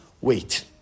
wait